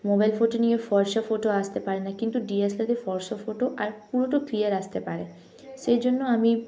mobile photo নিয়ে ফর্সা photo আসতে পারে না কিন্তু ডি এস এল আরে ফরসা ফোটো আর পুরোটা ক্লিয়ার আসতে পারে সেই জন্য আমি